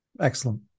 Excellent